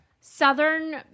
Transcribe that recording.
Southern